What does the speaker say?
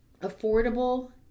affordable